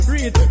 Read